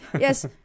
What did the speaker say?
Yes